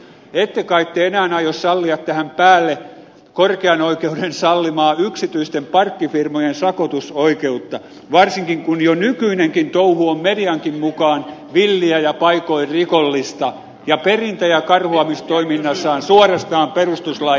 ette kai te enää aio sallia tähän päälle korkean oikeuden sallimaa yksityisten parkkifirmojen sakotusoikeutta varsinkin kun jo nykyinenkin touhu on mediankin mukaan villiä ja paikoin rikollista ja perintä ja karhuamistoiminnassaan suorastaan perustuslain vastaista